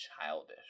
childish